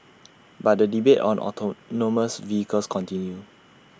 but the debate on autonomous vehicles continue